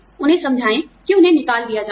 उन्हें समझाएं कि उन्हें निकाल दिया जाना है